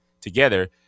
together